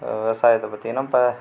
விவசாயத்தை பார்த்திங்கன்னா இப்போ